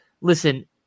listen